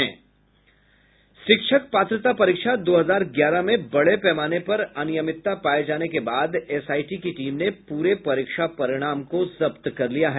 शिक्षक पात्रता परीक्षा दो हजार ग्यारह में बड़े पैमाने पर अनियमितता पाये जाने के बाद एसआईटी की टीम ने पूरे परीक्षा परिणाम को जब्त कर लिया है